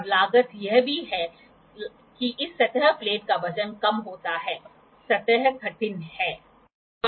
तो यह plus 3° plus 1°नहीं आ रहा है यह 33° नहीं आ रहा है